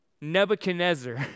Nebuchadnezzar